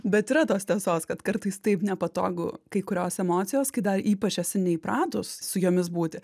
bet yra tos tiesos kad kartais taip nepatogu kai kurios emocijos kai dar ypač esi neįpratus su jomis būti